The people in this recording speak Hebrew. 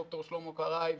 ד"ר שלמה קרעי,